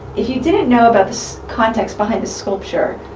if you didn't know about context behind the sculpture,